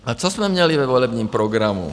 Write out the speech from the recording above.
A co jsme měli ve volebním programu?